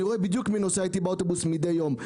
אני רואה בדיוק מי נוסע איתי באוטובוס מידי יום.